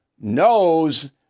knows